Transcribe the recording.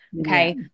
okay